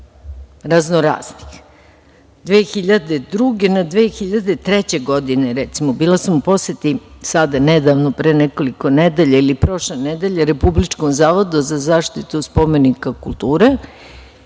raznoraznih. Godine 2002/2003. recimo, bila sam u poseti, nedavno, pre nekoliko nedelja ili prošle nedelje Republičkom zavodu za zaštitu spomenika kulture